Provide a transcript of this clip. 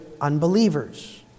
unbelievers